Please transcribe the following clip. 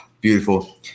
beautiful